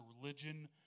religion